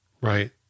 Right